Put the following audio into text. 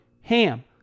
HAM